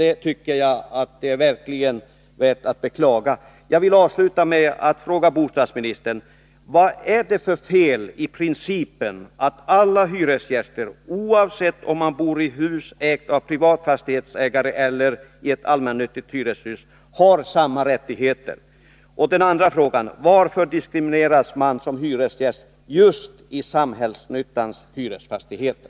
Det tycker jag verkligen är värt att beklaga. Min andra fråga är: Varför diskrimineras man som hyresgäst i just allmännyttans hyresfastigheter?